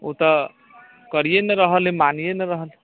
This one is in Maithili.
ओ तऽ करिए न रहल हइ मानिए न रहल